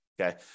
Okay